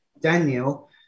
Daniel